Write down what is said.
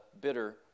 bitter